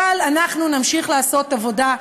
אבל אנחנו נמשיך לעשות עבודה,